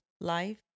life